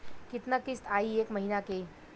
कितना किस्त आई एक महीना के?